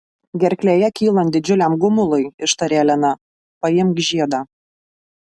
gerklėje kylant didžiuliam gumului ištarė elena paimk žiedą